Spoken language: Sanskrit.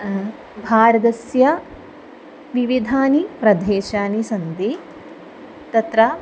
भारतस्य विविधानि प्रदेशानि सन्ति तत्र